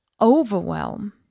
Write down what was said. overwhelm